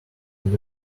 can